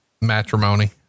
Matrimony